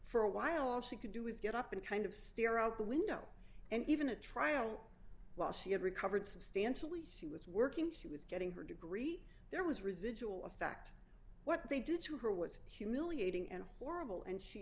for a while all she could do was get up and kind of stare out the window and even a trial while she had recovered substantially she was working she was getting her degree there was residual effect what they did to her was humiliating and horrible and she